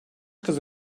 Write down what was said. kızı